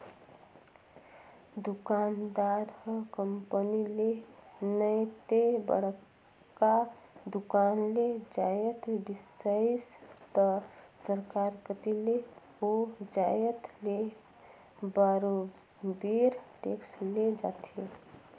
दुकानदार ह कंपनी ले नइ ते बड़का दुकान ले जाएत बिसइस त सरकार कती ले ओ जाएत ले बरोबेर टेक्स ले जाथे